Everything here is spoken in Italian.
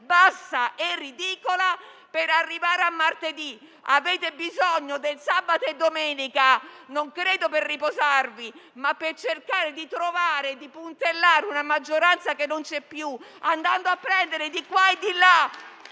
bassa e ridicola, per arrivare a martedì. Avete bisogno del sabato e della domenica non per riposare, ma per cercare di puntellare una maggioranza che non c'è più, andando a prendere di qua e di là